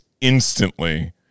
instantly